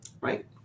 right